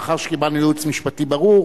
שקיבלנו ייעוץ משפטי ברור,